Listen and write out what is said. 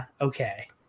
okay